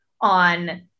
on